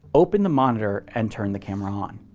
open the monitor and turn the camera on.